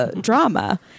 Drama